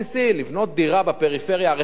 שלבנות דירה בפריפריה הרחוקה,